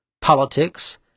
politics